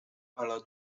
ala